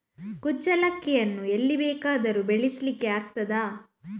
ಕುಚ್ಚಲಕ್ಕಿಯನ್ನು ಎಲ್ಲಿ ಬೇಕಾದರೂ ಬೆಳೆಸ್ಲಿಕ್ಕೆ ಆಗ್ತದ?